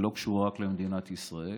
היא לא קשורה רק למדינת ישראל.